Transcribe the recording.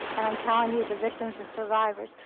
and i'm telling you, the victims of survivors,